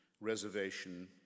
reservation